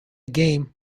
game